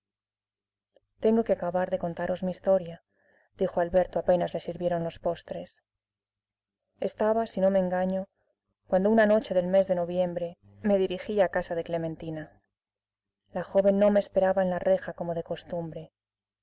tengo que acabar de contaros mi historia dijo alberto apenas les sirvieron los postres estaba si no me engaño cuando una noche del mes de noviembre me dirigía hacia casa de clementina la joven no me esperaba en la reja como de costumbre